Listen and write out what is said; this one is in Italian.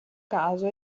caso